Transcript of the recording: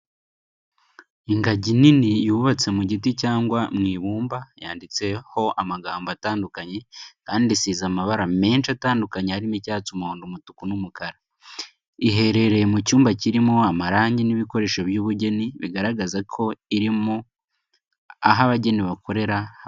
Ingagi nini yubatse mu giti cyangwa mu ibumba, yanditseho amagambo atandukanye kandi isize amabara menshi atandukanye harimo icyatsi, umuhondo, umutuku n'umukara. Iherereye mu cyumba kirimo amarangi n’ibikoresho by’ubugeni, bigaragaza ko iri mu aho abageni bakorera hamwe.